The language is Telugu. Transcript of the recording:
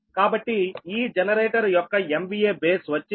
కాబట్టి ఈ జనరేటర్ యొక్క MVA బేస్ వచ్చి 30 MVA